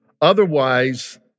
Otherwise